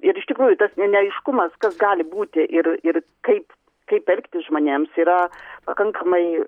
ir iš tikrųjų tas ne neaiškumas kas gali būti ir ir kaip kaip elgtis žmonėms yra pakankamai